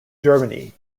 germany